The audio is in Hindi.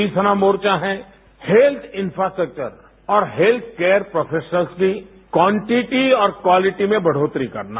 तीसरा मोर्चा है हेल्थ इफ्रास्ट्रक्चर और हेल्थ केयर प्रोफेशनल्स की फनंदजपजल और फनंसपजल में बढ़ोतरी करना